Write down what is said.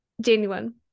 genuine